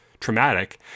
traumatic